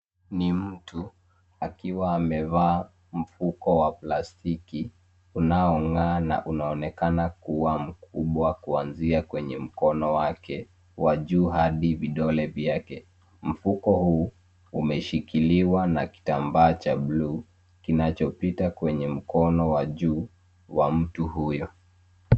Ni mtu akiwa amevaa mfuko wa plastiki unaong'aa na unaonekana kuwa mkubwa kuanzia kwenye mkono wake wa juu hadi vidole vyake. Mfuko huu umeshikiliwa na kitambaa cha bluu kinachopita kwenye mkono wa juu wa mtu huyo.